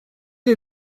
est